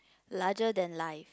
larger than life